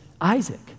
Isaac